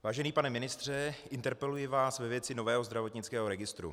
Vážený pane ministře, interpeluji vás ve věci nového zdravotnického registru.